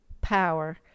power